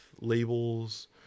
labels